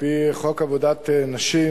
על-פי חוק עבודת נשים